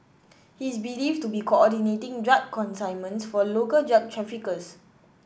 he is believed to be coordinating drug consignments for local drug traffickers